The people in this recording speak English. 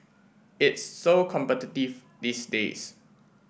it's so competitive these days